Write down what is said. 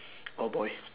oh boy